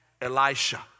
Elisha